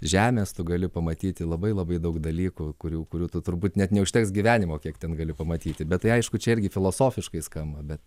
žemės tu gali pamatyti labai labai daug dalykų kurių kurių tu turbūt net neužteks gyvenimo kiek ten gali pamatyti bet tai aišku čia irgi filosofiškai skamba bet